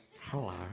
Hello